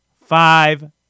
five